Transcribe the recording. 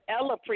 Ella